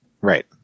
Right